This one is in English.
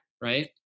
right